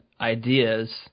ideas